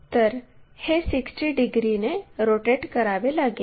तर हे 60 डिग्रीने रोटेट करावे लागेल